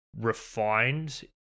refined